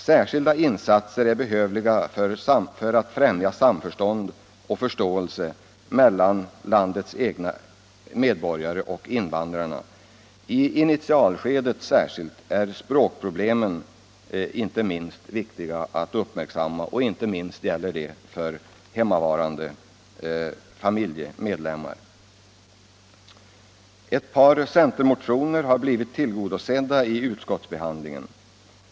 Särskilda insatser är behövliga för att främja samförstånd och förståelse mellan landets egna medborgare = Riktlinjer för och invandrarna. Särskilt i initialskedet är språkproblemen viktiga att invandraroch uppmärksamma, och inte minst gäller det för hemmavarande familjeminoritetspolitiken, medlemmar. m.m. Ett par centermotioner har blivit tillgodosedda under utskottsbehand =- lingen.